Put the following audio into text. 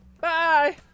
Bye